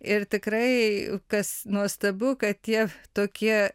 ir tikrai kas nuostabu kad jie tokie